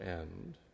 end